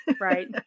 right